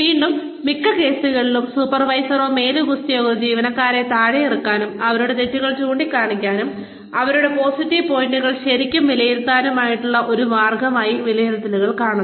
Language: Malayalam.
വീണ്ടും മിക്ക കേസുകളിലും സൂപ്പർവൈസർമാരോ മേലുദ്യോഗസ്ഥരോ ജീവനക്കാരെ താഴെയിറക്കാനും അവരുടെ തെറ്റുകൾ ചൂണ്ടിക്കാണിക്കാനും അവരുടെ പോസിറ്റീവ് പോയിന്റുകൾ ശരിക്കും വിലയിരുത്താതിരിക്കാനുമുള്ള ഒരു മാർഗമായി വിലയിരുത്തലുകൾ കാണുന്നു